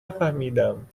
نفهمیدم